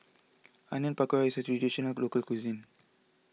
Onion Pakora is a Traditional Local Cuisine